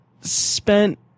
spent